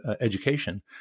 education